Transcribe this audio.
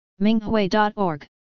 Minghui.org